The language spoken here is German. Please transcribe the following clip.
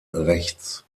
rechts